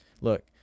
Look